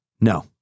No